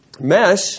mesh